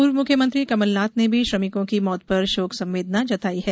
पूर्व मुख्यमंत्री कमलनाथ ने भी श्रमिकों की मौत पर शोक संवेदना जताई है